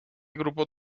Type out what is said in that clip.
grupo